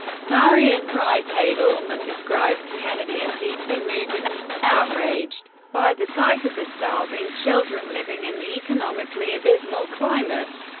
marian wright edelman described kennedy as deeply moved and outraged by the sight of the starving children living in the economically abysmal climate,